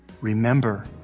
Remember